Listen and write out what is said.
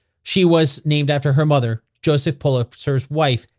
she was named after her mother, joseph pulitzer's wife,